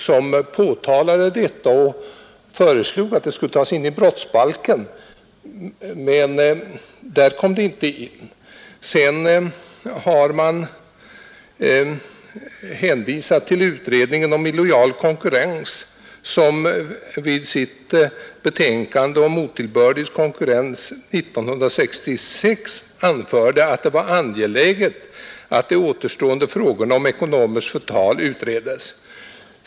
Kommittén påtalade förhållandena beträffande ekonomiskt förtal och föreslog att regler skulle tas in i brottsbalken, men där togs inte denna fråga med. Sedan har man hänvisat till utredningen om illojal konkurrens, som i sitt betänkande om otillbörlig konkurrens år 1966 anförde att det var angeläget att de återstående frågorna om ekonomiskt förtal utreds.